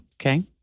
Okay